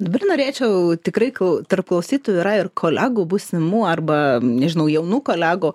dar norėčiau tikrai kai tarp klausytojų yra ir kolegų būsimų arba nežinau jaunų kolegų